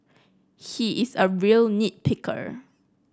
he is a real nit picker